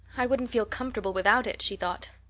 i wouldn't feel comfortable without it, she thought.